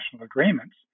agreements